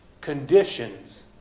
conditions